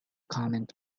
comment